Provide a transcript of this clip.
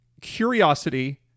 curiosity